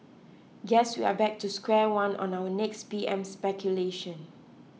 guess we are back to square one on our next P M speculation